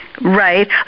Right